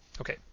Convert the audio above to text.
Okay